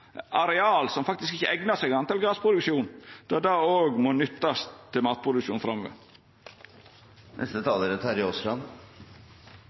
areal som faktisk ikkje eignar seg til anna enn til grasproduksjon, som òg må nyttast til matproduksjon